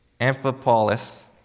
Amphipolis